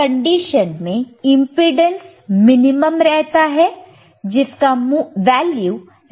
इस कंडीशन में impedance minimum रहता है जिसका वैल्यू रेजिस्टेंस R है